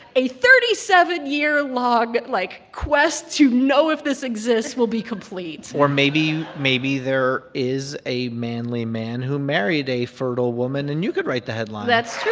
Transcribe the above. a thirty seven year long, like, quest to know if this exists will be complete or maybe maybe there is a manly man who married a fertile woman, and you could write the headline that's true.